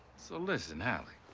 so, listen hallie.